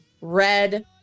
red